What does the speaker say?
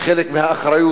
חלק מהאחריות.